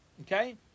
Okay